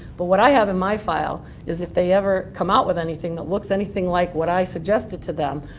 but what i have in my file is if they ever come out with anything that looks anything like what i suggested to them,